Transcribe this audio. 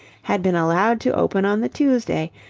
had been allowed to open on the tuesday,